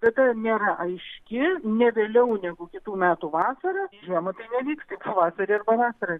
data nėra aiški ne vėliau negu kitų metų vasarą žiemą tai nevyks pavasarį arba vasarą